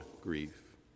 grief